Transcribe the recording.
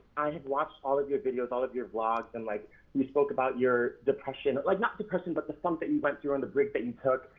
i have watched all of your videos, all of your vlogs, and like you spoke about your depression, like not depression but the funk that you went through and the break that you took.